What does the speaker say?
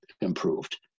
improved